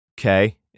Okay